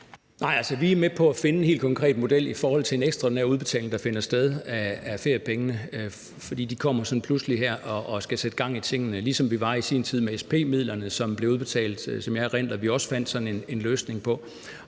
vi er med på at finde en helt konkret model i forhold til en ekstraordinær udbetaling af feriepengene, der finder sted. For de kommer sådan pludselig her og skal sætte gang i tingene. Sådan var det også i sin tid med SP-midlerne, som blev udbetalt, og som jeg også erindrer at vi fandt sådan en løsning på.